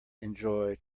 enjoy